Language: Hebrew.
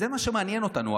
זה מה שמעניין אותנו,